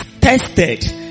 tested